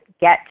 get